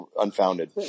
unfounded